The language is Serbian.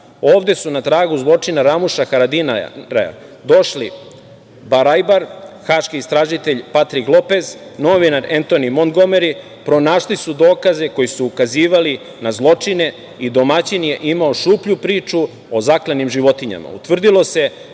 ovde su na tragu zločina Ramuša Haradinaja došli Barajbar, haški istražitelj Patrik Lopez, novinar Entoni Montgomeri, pronašli su dokaze koji su ukazivali na zločine i domaćin je imao šuplju priču o zaklanim životinjama.